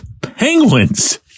Penguins